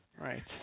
Right